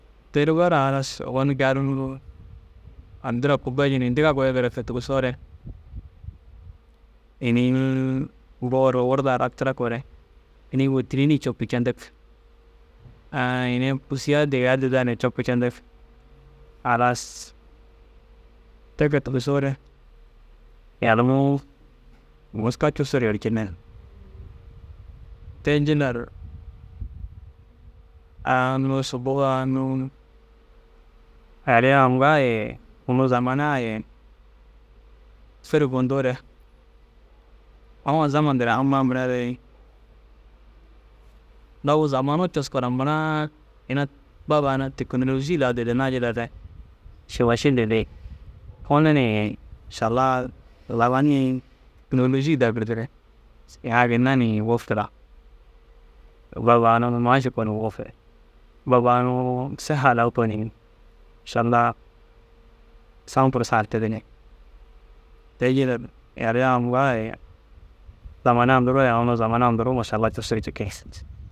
Teru bara halas ogon kei ar unnu addira kubbeji ni dîga goyiŋgire ke tigisoore. Inii boor wurda raktira ko re ini wôtirii ni côpu cendig. A iniya pûsiya dîgiya digi dîidaa ni côpu cendig. Halas te ke tigisoore yalimuu muska cussur yercinne. Te jillar a unnu subu a unnu yaliya uŋga- a ye unnu zaman a ye fêrig hunduure uŋgo zaman dir amma mura re dagoo zamanuu cussu koona muraa ina bab a unnu tekeneloji lau dîdinnaa jillar re, šimaši dîdii. Unnu ni mašalla lau ai ni tekeneloji daa girdire, ina ginna ni wôfira bab a unnu maaši kooni wôfira babu a unnu sîha lau kooni mašalla sã pur sãr tîdirii. Te jillar yaliya uŋga- a ye zaman a nduruu ye unnu zaman nduruu mašalla cussur cikii.